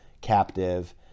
captive